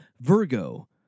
Virgo